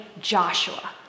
Joshua